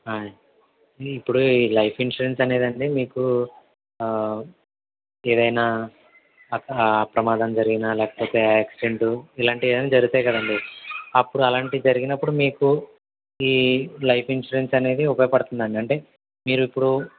ఆయ్ ఈ ఇప్పుడు ఈ లైఫ్ ఇన్స్యూరెన్స్ అనేదండి మీకు ఏదైనా అట్టా ప్రమాదం జరిగిన లేకపోతే యాక్సిడెంట్ ఇలాంటివి ఏవైనా జరుగుతాయి కదండీ అప్పుడు అలాంటివి జరిగినప్పుడు మీకు ఈ లైఫ్ ఇన్స్యూరెన్స్ అనేది ఉపయోగపడుతుందండి అంటే మీరు ఇప్పుడు